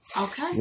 Okay